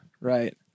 right